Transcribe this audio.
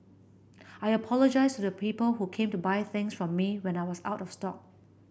I apologize to the people who came to buy things from me when I was out of stock